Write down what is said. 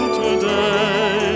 today